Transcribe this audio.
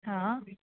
हा